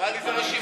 נראה לי זה רשימת,